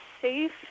safe